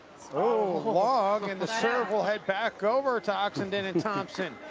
oh! long. and the serve will head back over to oxenden and thompson.